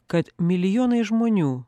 kad milijonai žmonių